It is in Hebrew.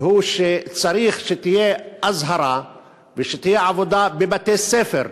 צריך שתהיה אזהרה ושתהיה עבודה בבתי-ספר,